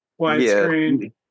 widescreen